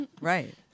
Right